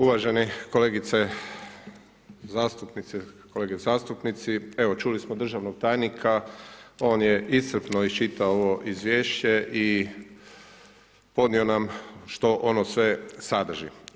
Uvažene kolegice zastupnice, kolege zastupnici, evo čuli smo državnog tajnika, on je iscrpno iščitao ovo izvješće i podnio nam što ono sve sadrži.